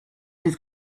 his